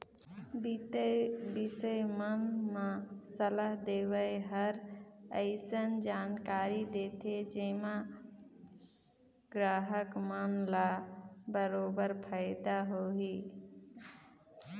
बित्तीय बिसय मन म सलाह देवइया हर अइसन जानकारी देथे जेम्हा गराहक मन ल बरोबर फायदा होही